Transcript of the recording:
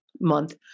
month